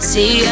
See